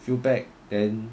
field pack then